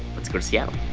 let's go to seattle.